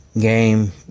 Game